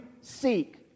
seek